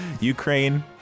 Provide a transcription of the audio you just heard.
Ukraine